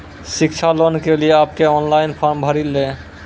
शिक्षा लोन के लिए आप के ऑनलाइन फॉर्म भरी ले?